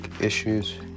issues